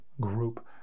Group